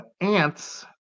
Ants